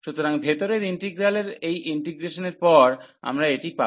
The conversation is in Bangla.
সুতরাং ভেতরের ইন্টিগ্রালের এই ইন্টিগ্রেশনের পর আমরা এটি পাব